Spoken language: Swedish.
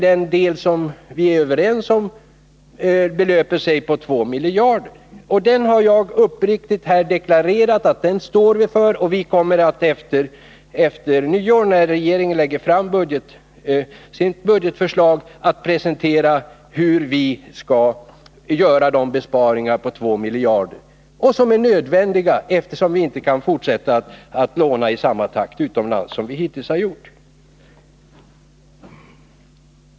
Den del vi är överens om belöper sig till 2 miljarder. Jag har här deklarerat att vi står för det. Efter nyår, när regeringen lägger fram sitt budgetförslag, kommer vi att presentera förslag om hur vi skall göra de besparingar på 2 miljarder som är nödvändiga, eftersom vi inte kan fortsätta att låna utomlands i samma takt som vi hittills har gjort.